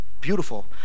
Beautiful